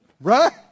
Right